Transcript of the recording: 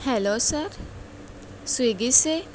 hello sir Swiggy سے